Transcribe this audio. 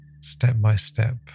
step-by-step